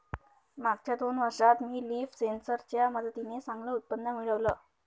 मागच्या दोन वर्षात मी लीफ सेन्सर च्या मदतीने चांगलं उत्पन्न मिळवलं